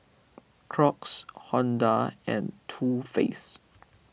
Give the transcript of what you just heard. Crocs Honda and Too Faced